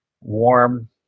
warm